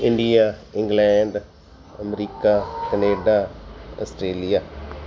India England America Canada Australia